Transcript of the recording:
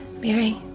Mary